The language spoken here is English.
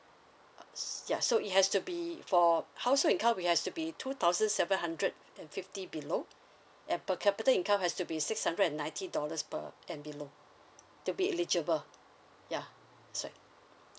uh ya so it has to be for household income it has to be two thousand seven hundred and fifty below and per capita income has to be six hundred and ninety dollars per and below to be eligible ya that's right